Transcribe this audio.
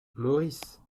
maurice